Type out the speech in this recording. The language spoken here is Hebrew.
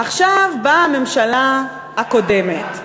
עכשיו באה הממשלה הקודמת,